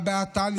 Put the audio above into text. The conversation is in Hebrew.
הא בהא תליא.